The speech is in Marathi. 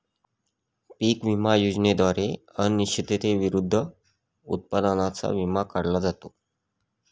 पीक विमा योजनेद्वारे अनिश्चिततेविरुद्ध उत्पादनाचा विमा काढला जातो